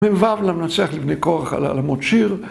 מ"ו: "למנצח לבני קרח, על עלמות שיר".